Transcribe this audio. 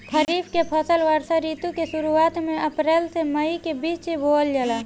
खरीफ के फसल वर्षा ऋतु के शुरुआत में अप्रैल से मई के बीच बोअल जाला